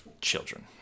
children